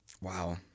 Wow